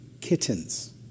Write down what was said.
kittens